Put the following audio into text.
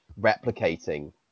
replicating